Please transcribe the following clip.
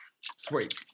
Sweet